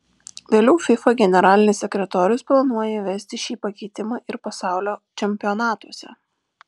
vėliau fifa generalinis sekretorius planuoja įvesti šį pakeitimą ir pasaulio čempionatuose